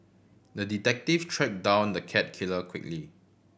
the detective tracked down the cat killer quickly